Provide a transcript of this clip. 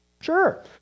Sure